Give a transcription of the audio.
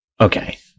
Okay